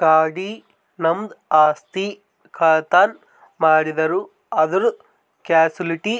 ಗಾಡಿ, ನಮ್ದು ಆಸ್ತಿ, ಕಳ್ತನ್ ಮಾಡಿರೂ ಅಂದುರ್ ಕ್ಯಾಶುಲಿಟಿ